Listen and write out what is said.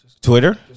Twitter